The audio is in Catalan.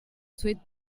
sweet